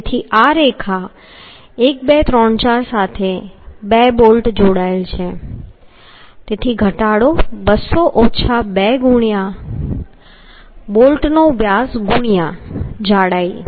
તેથી આ રેખા 1 2 3 4 સાથે બે બોલ્ટ છે તેથી ઘટાડો 200 ઓછા 2 ગુણ્યાં બોલ્ટ વ્યાસ ગુણ્યાં જાડાઈ